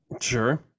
Sure